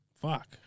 Fuck